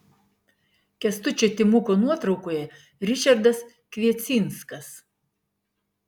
kęstučio timuko nuotraukoje ričardas kviecinskas